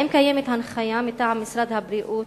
רצוני לשאול: 1. האם קיימת הנחיה מטעם משרד הבריאות